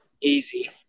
Easy